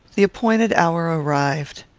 the appointed hour arrived.